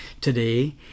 today